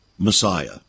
Messiah